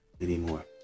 anymore